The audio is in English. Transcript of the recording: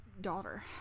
daughter